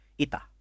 Ita